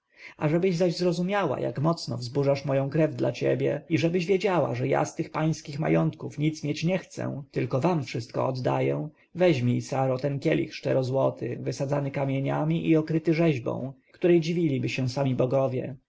ażebyś zaś zrozumiała jak mocno wzburzasz moją krew dla siebie i ażebyś dowiedziała się że z tych pańskich majątków ja nic mieć nie chcę tylko wam wszystko oddaję weźmij saro ten kielich szczerozłoty wysadzany kamieniami i okryty rzeźbą której dziwiliby się sami bogowie